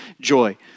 joy